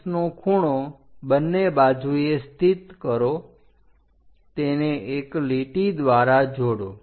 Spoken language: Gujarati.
45 નો ખૂણો બંને બાજુએ સ્થિત કરો તેને એક લીટી દ્વારા જોડો